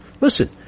Listen